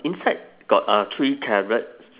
inside got uh three carrots